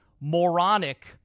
moronic